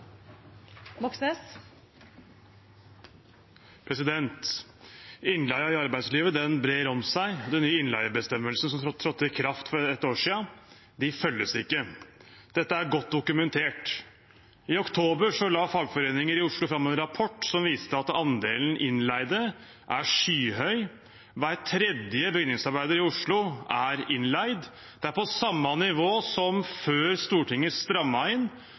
Innleie i arbeidslivet brer seg. De nye innleiebestemmelsene som trådte i kraft for et år siden, følges ikke. Dette er godt dokumentert. I oktober la fagforeninger i Oslo fram en rapport som viste at andelen innleide er skyhøy. Hver tredje bygningsarbeider i Oslo er innleid. Det er på samme nivå som før Stortinget strammet inn,